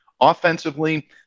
Offensively